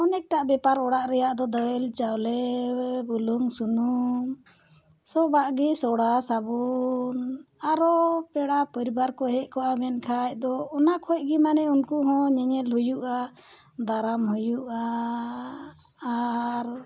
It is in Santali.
ᱚᱱᱮᱠᱴᱟ ᱵᱮᱯᱟᱨ ᱚᱲᱟᱜ ᱨᱮᱱᱟᱜ ᱫᱚ ᱫᱟᱹᱞ ᱪᱟᱣᱞᱮ ᱵᱩᱞᱩᱝ ᱥᱩᱱᱩᱢ ᱥᱚᱵᱟᱜ ᱜᱮ ᱥᱚᱰᱟ ᱥᱟᱵᱚᱱ ᱟᱨᱚ ᱯᱮᱲᱟ ᱯᱚᱨᱤᱵᱟᱨ ᱠᱚ ᱦᱮᱡ ᱠᱚᱜᱼᱟ ᱢᱮᱱᱠᱷᱟᱱ ᱫᱚ ᱚᱱᱟ ᱠᱷᱚᱱ ᱜᱮ ᱢᱟᱱᱮ ᱩᱱᱠᱩ ᱦᱚᱸ ᱧᱮᱧᱮᱞ ᱦᱩᱭᱩᱜᱼᱟ ᱫᱟᱨᱟᱢ ᱦᱩᱭᱩᱜᱼᱟ ᱟᱨ